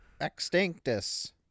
extinctus